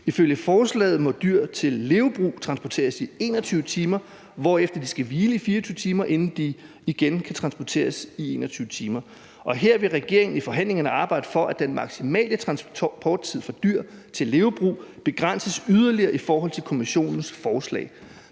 Ifølge forslaget må dyr til levebrug transporteres i 21 timer, hvorefter de skal hvile i 24 timer, inden de igen kan transporteres i 21 timer. Her vil regeringen i forhandlingerne arbejde for, at den maksimale transporttid for dyr til levebrug begrænses yderligere i forhold til Kommissionens forslag.